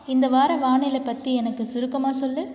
இந்த வார வானிலை பற்றி எனக்கு சுருக்கமாக சொல்